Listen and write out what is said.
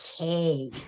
Okay